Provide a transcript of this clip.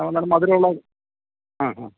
അ നല്ല മധുരമുള്ള അ ആ